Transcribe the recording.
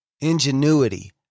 ingenuity